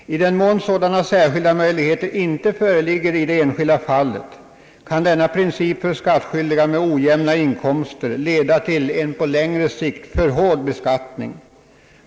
I den mån sådana särskilda möjligheter inte föreligger i det enskilda fallet, kan denna princip för skattskyldiga med ojämna inkomster leda till en på längre sikt för hård beskattning.